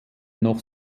noch